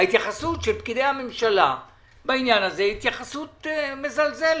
ההתייחסות של פקידי הממשלה בעניין הזה היא התייחסות מזלזלת.